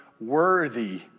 worthy